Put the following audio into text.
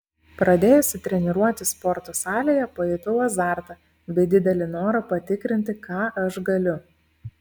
pradėjusi treniruotis sporto salėje pajutau azartą bei didelį norą patikrinti ką aš galiu